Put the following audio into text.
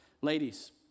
Ladies